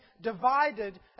divided